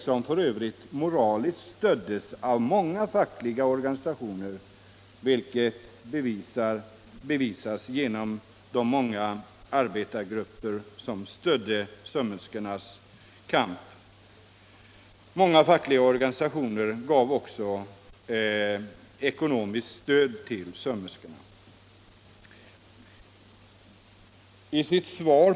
Denna strejk stöddes f. ö. av många fackliga organisationer, vilket bevisar att många arbetargrupper ansåg sömmerskornas kamp berättigad. Många fackliga organisationer gav också sömmerskorna ekonomiskt stöd.